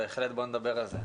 בהחלט בוא נדבר על זה,